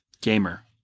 Gamer